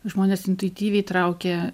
žmones intuityviai traukia